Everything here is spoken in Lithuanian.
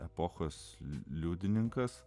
epochos liudininkas